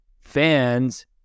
fans